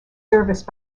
serviced